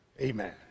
Amen